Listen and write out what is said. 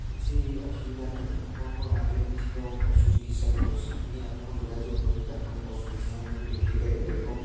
କିଛି ଅସୁବିଧା ନାହିଁ ଆପଣଙ୍କ ଗାଁରେ ବି ଥିବ ପଶୁ ଚିକିତ୍ସା କେନ୍ଦ୍ର ସେଠି ଆପଣ ଯୋଗାଯୋଗ କରିକି ଆପଣ ପଶୁ ପକ୍ଷୀମାନଙ୍କୁ ଦେଖେଇ ପାରିବେ ଏବଂ